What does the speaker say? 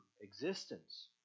existence